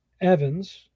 evans